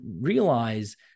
realize